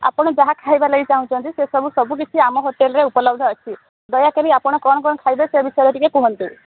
ଆପଣ ଯାହା ଖାଇବା ଲାଗି ଚାହୁଁଛନ୍ତି ସେସବୁ ସବୁ କିିଛି ଆମ ହୋଟେଲରେ ଉପଲବ୍ଧ ଅଛି ଦୟାକରି ଆପଣ କ'ଣ କ'ଣ ଖାଇବେ ସେ ବିଷୟରେ ଟିକେ କୁହନ୍ତୁ